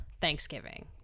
Thanksgiving